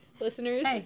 listeners